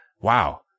Wow